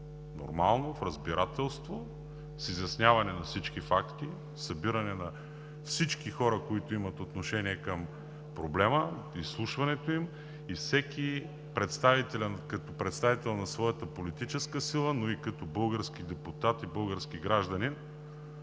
нормално, в разбирателство, с изясняване на всички факти, събиране на всички хора, които имат отношение към проблема – изслушването им, и всеки като представител на своята политическа сила, но и като български депутат и български гражданин,